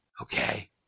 okay